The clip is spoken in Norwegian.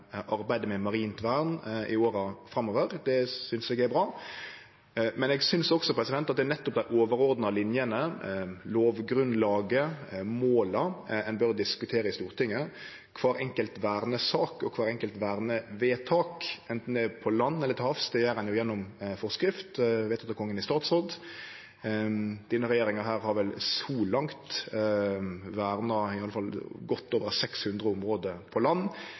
arbeidet med marint vern. Det synest eg er bra, men eg synest òg at det er nettopp dei overordna linjene, lovgrunnlaget, måla, ein bør diskutere i Stortinget. Kvar einskild vernesak og kvart einskilt vernevedtak, anten det er på land eller til havs, gjer ein gjennom forskrift, vedteken av Kongen i statsråd. Denne regjeringa har så langt verna i alle fall godt over 600 område på land,